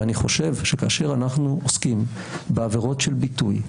ואני חושב שכאשר אנחנו עוסקים בעבירות של ביטוי,